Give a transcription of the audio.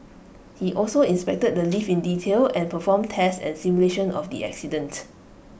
he also inspected the lift in detail and performed tests and simulation of the accident